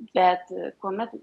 bet kuomet